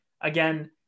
again